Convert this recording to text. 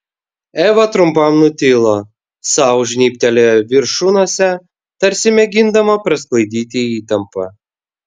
eva trumpam nutilo sau žnybtelėjo viršunosę tarsi mėgindama prasklaidyti įtampą